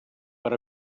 per